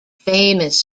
famous